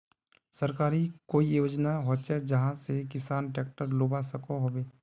सरकारी कोई योजना होचे जहा से किसान ट्रैक्टर लुबा सकोहो होबे?